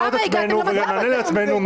למה הגעתם למצב הזה?